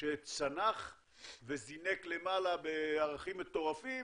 שצנח וזינק למעלה בערכים מטורפים